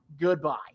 Goodbye